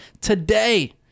today